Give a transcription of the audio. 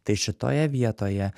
tai šitoje vietoje